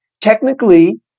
Technically